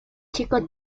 chico